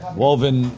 woven